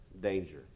danger